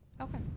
Okay